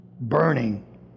Burning